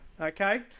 Okay